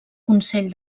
consell